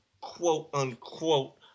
quote-unquote